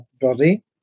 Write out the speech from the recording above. body